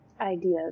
ideas